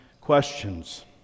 questions